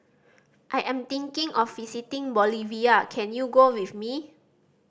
I am thinking of visiting Bolivia can you go with me